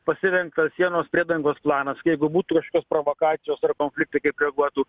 pasirengtas sienos priedangos planas jeigu būtų kažkokios provokacijos ar konfliktai kaip reaguotų